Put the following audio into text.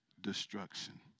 destruction